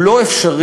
הוא לא אפשרי,